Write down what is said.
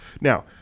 Now